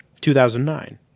2009